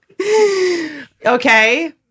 Okay